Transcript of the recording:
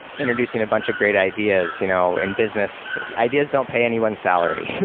introducing a bunch of great ideas. you know in business, ideas don't pay anyone salary.